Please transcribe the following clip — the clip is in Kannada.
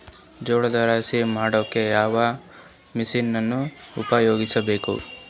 ಜೋಳದ ರಾಶಿ ಮಾಡ್ಲಿಕ್ಕ ಯಾವ ಮಷೀನನ್ನು ಉಪಯೋಗಿಸಬೇಕು?